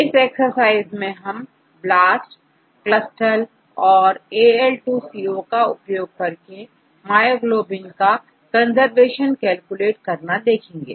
इस एक्सरसाइज में हम BLAST CLUSTAL and AL2CO का उपयोग कर मायोग्लोबिन का कंजर्वेशन कैलकुलेट करना देखेंगे